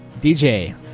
DJ